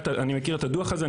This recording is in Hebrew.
אני מכיר את הדו"ח הזה,